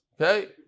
Okay